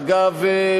אגב,